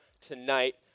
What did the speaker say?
tonight